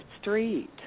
street